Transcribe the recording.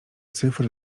cyfr